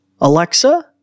Alexa